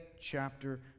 chapter